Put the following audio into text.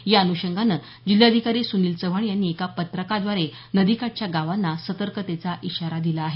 या अन्षंगानं जिल्हाधिकारी सुनील चव्हाण यांनी एका पत्रकाद्वारे नदीकाठच्या गावांना सतर्कतेचा इशारा दिला आहे